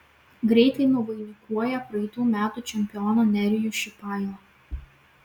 greitai nuvainikuoja praeitų metų čempioną nerijų šipailą